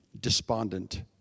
despondent